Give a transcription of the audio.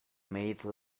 made